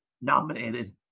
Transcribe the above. nominated